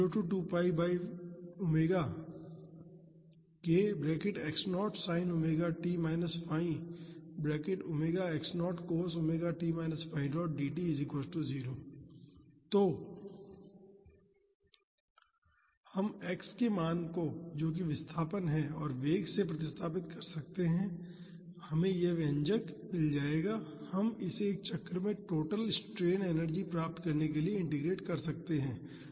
तो हम x के मान को जो कि विस्थापन है और वेग से प्रतिस्थापित कर सकते हैं और हमें यह व्यंजक मिल जाएगा हम इसे एक चक्र में टोटल स्ट्रेन एनर्जी प्राप्त करने के लिए इंटीग्रेट कर सकते हैं